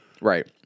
Right